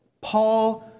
Paul